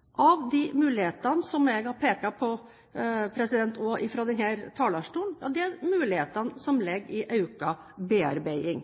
av oss er handlingsregelen særdeles sentral i det arbeidet. Den videre arbeidsdelingen er at næringen kan materialisere mulighetene, omsatt i verdiskaping. Det jeg har pekt på, også fra denne talerstolen, er mulighetene som ligger i økt bearbeiding.